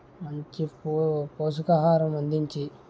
మంచి పో పోషకాహారం అందించి